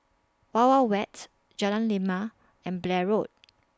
Wild Wild Wet Jalan Lima and Blair Road